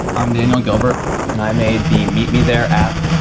i'm daniel gilbert and i made the meet me there app.